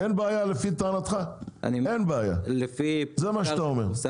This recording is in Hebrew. כי אין בעיה לפי טענתך, זה מה שאתה אומר.